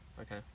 Okay